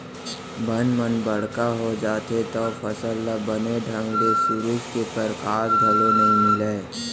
बन मन बड़का हो जाथें तव फसल ल बने ढंग ले सुरूज के परकास घलौ नइ मिलय